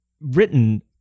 written